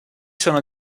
sono